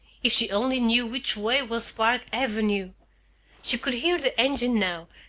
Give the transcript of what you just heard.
if she only knew which way was park avenue! she could hear the engine now,